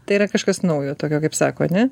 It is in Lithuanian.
tai yra kažkas naujo tokio kaip sako ne